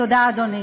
תודה, אדוני.